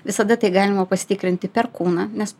visada tai galima pasitikrinti per kūną nes